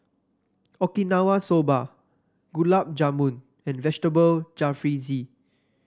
Okinawa Soba Gulab Jamun and Vegetable Jalfrezi